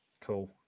Cool